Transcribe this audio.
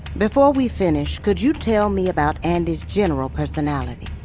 before we finish, could you tell me about andi's general personality?